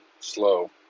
slow